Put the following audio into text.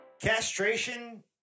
castration